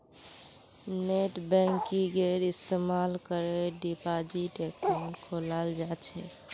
नेटबैंकिंगेर इस्तमाल करे डिपाजिट अकाउंट खोलाल जा छेक